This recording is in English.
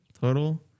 total